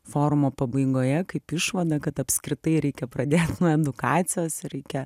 forumo pabaigoje kaip išvadą kad apskritai reikia pradėt nuo edukacijos reikia